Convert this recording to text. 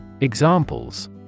Examples